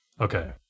Okay